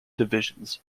divisions